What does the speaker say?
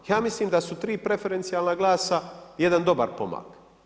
Ja mislim da su 3 preferencijalna glasa i jedan dobar pomak.